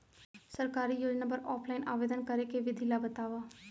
सरकारी योजना बर ऑफलाइन आवेदन करे के विधि ला बतावव